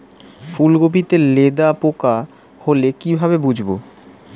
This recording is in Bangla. ফুলকপিতে লেদা পোকা হলে কি ভাবে বুঝবো?